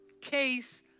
case